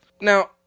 Now